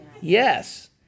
Yes